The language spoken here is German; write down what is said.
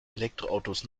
elektroautos